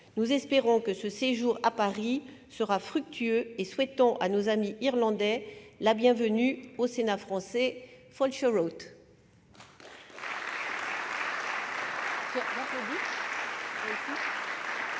Nous espérons que ce séjour à Paris sera fructueux et souhaitons à nos amis irlandais la bienvenue au Sénat français. ! Nous